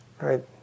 right